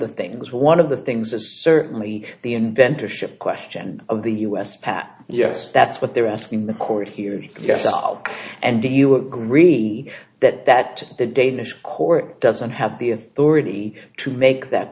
the things one of the things is certainly the inventor ship question of the u s pat yes that's what they're asking the court here yes and do you agree that that the danish court doesn't have the authority to make that